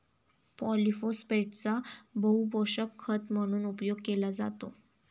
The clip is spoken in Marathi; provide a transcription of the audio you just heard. पॉलिफोस्फेटचा बहुपोषक खत म्हणून उपयोग केला जातो